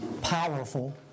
powerful